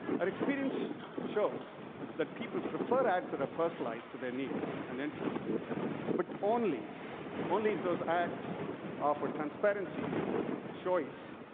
our experience shows that people prefer ads that are personalized to their needs and interests but only only if those ads offer transparency choice,